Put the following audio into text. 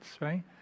right